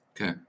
Okay